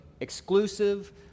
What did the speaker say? exclusive